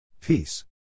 Peace